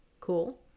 Cool